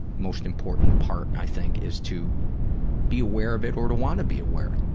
most important part, i think, is to be aware of it or to want to be aware